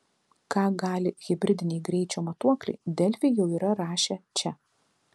ką gali hibridiniai greičio matuokliai delfi jau yra rašę čia